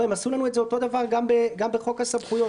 הם עשו את אותו דבר גם בחוק הסמכויות,